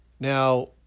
Now